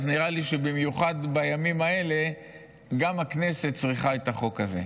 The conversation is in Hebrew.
אז נראה לי שבמיוחד בימים האלה גם הכנסת צריכה את החוק הזה.